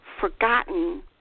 forgotten